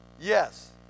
Yes